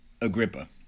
Agrippa